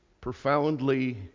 profoundly